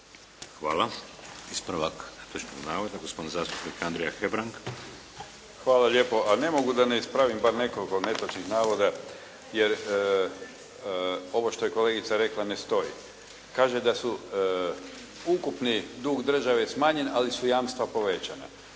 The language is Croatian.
(HDZ)** Ispravak netočnog navoda gospodin zastupnik Andrija Hebrang. **Hebrang, Andrija (HDZ)** Hvala lijepo. A ne mogu da ne ispravim bar nekoliko netočnih navoda jer ovo što je kolegica rekla ne stoji. Kažu da su ukupni dug države smanjen, ali su jamstva povećana.